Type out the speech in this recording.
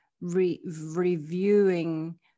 reviewing